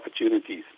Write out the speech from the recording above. opportunities